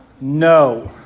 no